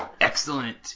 Excellent